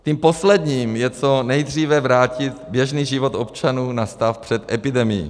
Tím posledním je co nejdříve vrátit běžný život občanů na stav před epidemií.